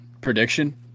prediction